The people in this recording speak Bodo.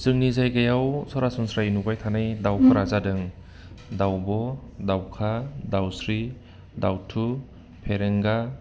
जोंनि जायगायाव सरासनस्रायै नुबाय थानाय दाउफोरा जादों दाउब' दाउखा दाउस्रि दाउथु फेरेंगा